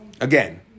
again